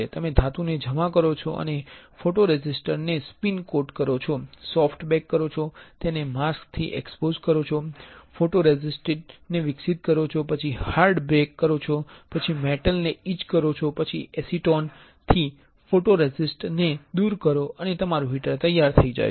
તમે ધાતુને જમા કરો છો પછી ફોટોરેસિસ્ટ ને સ્પિન કોટ કરો છો સોફ્ટ બેક કરો છો તેને માસ્ક થી એક્સ્પોઝ કરો છો ફોટોરોસિસ્ટ ને વિકસિત કરો છો પછી હર્ડ બેક કરો પછી મેટલ ને ઇચ કરો પછી એસીટોન થી ફોટોરેસિસ્ટ ને દુર કરો અને તમારુ હીટર તૈયાર છે